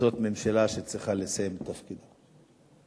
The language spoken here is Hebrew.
זאת ממשלה שצריכה לסיים את תפקידה.